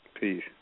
Peace